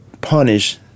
punish